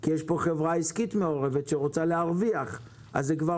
כי מעורבת כאן חברה עסקית שרוצה להרוויח ולכן היא כבר